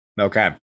Okay